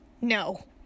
No